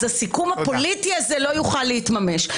הסיכום הפוליטי הזה לא יוכל להתממש.